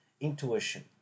intuition